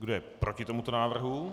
Kdo je proti tomuto návrhu?